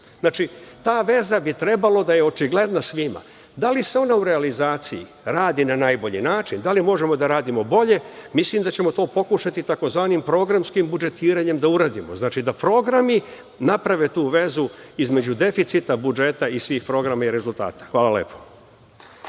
Ta veza bi trebala da je očigledna svima. Da li se ona u realizaciji radi na najbolji način, da li možemo da radimo bolje, mislim da ćemo to pokušati tzv. programskim budžetiranjem da uradimo, da programi naprave tu vezu između deficita budžeta i svih programa i rezultata. Hvala.